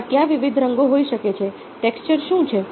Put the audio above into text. તેમાં કયા વિવિધ રંગો હોઈ શકે છે ટેક્સચર શું છે